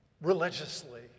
religiously